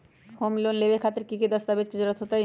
Home loan लेबे खातिर की की दस्तावेज के जरूरत होतई?